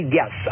yes